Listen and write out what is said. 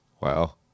Wow